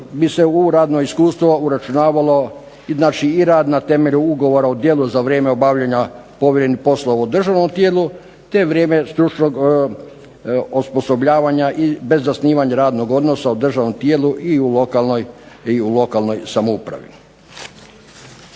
bi se u radno iskustvo uračunavalo i rad na temelju ugovora o djelu za vrijeme obavljanja povremenih poslova u državnom tijelu te vrijeme stručnog osposobljavanja bez zasnivanja radnog odnosa u državnom tijelu i u lokalnoj samoupravi.